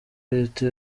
leta